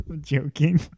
Joking